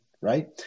Right